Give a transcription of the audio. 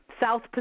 South